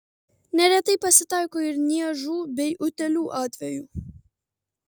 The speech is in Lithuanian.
neretai pasitaiko ir niežų bei utėlių atvejų